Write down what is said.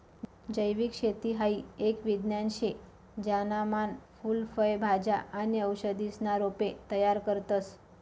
जैविक शेती हाई एक विज्ञान शे ज्याना मान फूल फय भाज्या आणि औषधीसना रोपे तयार करतस